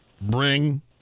bring –